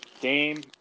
Game